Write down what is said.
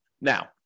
Now